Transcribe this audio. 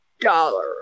dollar